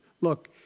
Look